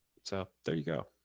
so there you go.